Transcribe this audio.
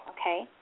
okay